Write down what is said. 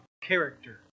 character